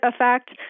effect